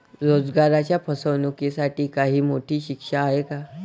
रोजगाराच्या फसवणुकीसाठी काही मोठी शिक्षा आहे का?